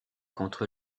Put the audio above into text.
contre